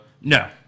No